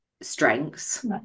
strengths